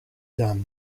dam